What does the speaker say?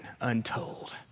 untold